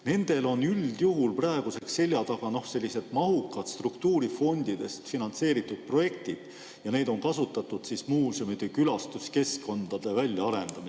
Nendel on üldjuhul praeguseks selja taga mahukad struktuurifondidest finantseeritud projektid. Neid on kasutatud muuseumide külastuskeskkonna väljaarendamiseks.